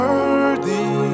Worthy